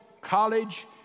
college